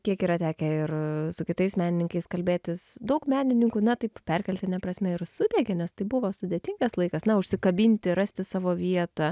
kiek yra tekę ir su kitais menininkais kalbėtis daug menininkų na taip perkeltine prasme ir sudegė nes tai buvo sudėtingas laikas na užsikabinti rasti savo vietą